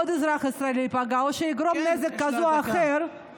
עוד אזרח ישראלי ייפגע או שייגרם נזק כזה או אחר,